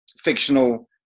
fictional